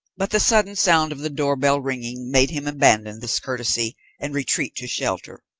but the sudden sound of the door bell ringing made him abandon this courtesy and retreat to shelter.